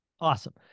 Awesome